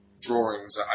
drawings